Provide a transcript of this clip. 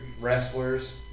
wrestlers